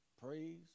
Praise